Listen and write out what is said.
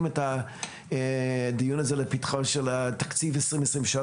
את הדיון הזה לפתחו של תקציב 2023,